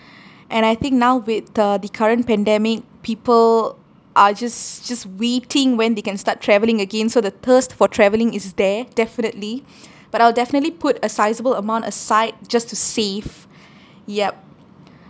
and I think now with the the current pandemic people are just just waiting when they can start travelling again so the thirst for traveling is there definitely but I'll definitely put a sizable amount aside just to save yup